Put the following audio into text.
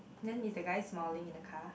then is they guy smiling in the car